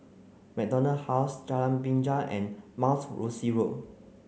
MacDonald House Jalan Binja and Mount Rosie Road